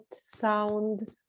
sound